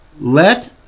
let